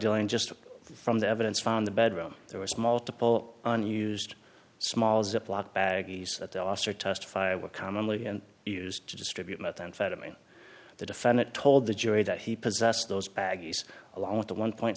dealing just from the evidence found the bedroom there was multiple unused small ziploc bag east at the auster testify were commonly used to distribute methamphetamine the defendant told the jury that he possessed those baggies along with the one point